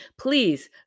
Please